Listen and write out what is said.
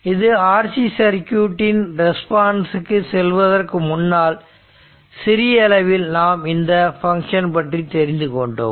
இது RC circuit இன் response க்கு செல்வதற்கு முன்னால் சிறிய அளவில் நாம் இந்த பங்க்ஷன் பற்றி தெரிந்து கொண்டோம்